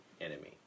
enemy